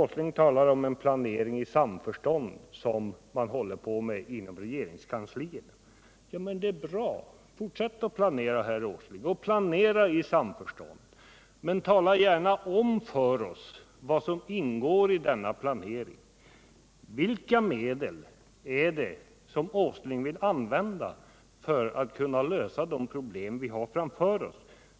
Åsling talar om en planering i samförstånd som man håller på med inom regeringskansliet. Det är bra. Fortsätt att planera, herr Åsling, och planera i samförstånd. Men tala gärna om för oss vad som ingår i denna planering. Vilka medel vill Nils Åsling använda för att lösa de problem vi har framför oss?